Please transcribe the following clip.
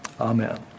Amen